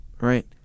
right